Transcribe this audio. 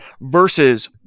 versus